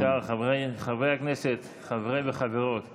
רק אם אפשר, חברי וחברות הכנסת,